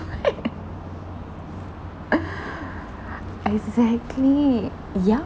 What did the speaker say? exactly yeah